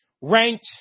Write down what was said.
ranked